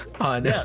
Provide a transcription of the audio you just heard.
on